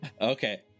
okay